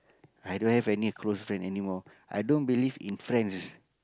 i don't have any close friend anymore i don't believe in friends